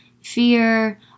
fear